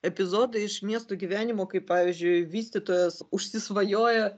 epizodai iš miestų gyvenimo kaip pavyzdžiui vystytojas užsisvajoja